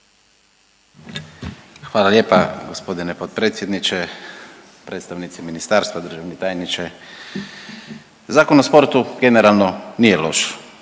Hvala lijepa. Gospodine potpredsjedniče, predstavnici ministarstva, državni tajniče. Zakon o sportu generalno nije loš,